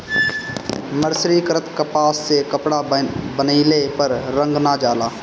मर्सरीकृत कपास से कपड़ा बनइले पर रंग ना जाला